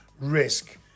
risk